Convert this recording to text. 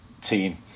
team